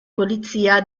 polizia